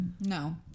No